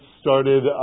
started